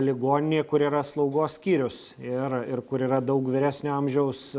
ligoninė kur yra slaugos skyrius ir ir kur yra daug vyresnio amžiaus